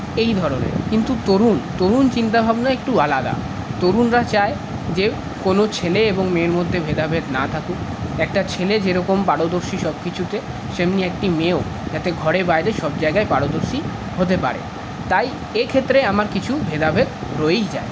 এই ধরনের কিন্তু তরুণ তরুণ চিন্তাভাবনা একটু আলাদা তরুণরা চায় যে কোন ছেলে এবং মেয়ের মধ্যে ভেদাভেদ না থাকুক একটা ছেলে যেরকম পারদর্শী সবকিছুতে সেমনি একটি মেয়েও একটা ঘরের বাইরে সব জায়গায় পারদর্শী হতে পারে তাই এক্ষেত্রে আমার কিছু ভেদাভেদ রয়েই যায়